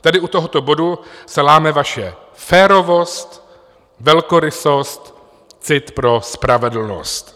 Tady u tohoto bodu se láme vaše férovost, velkorysost, cit pro spravedlnost.